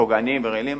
פוגעניים ורעילים,